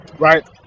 Right